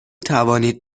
توانید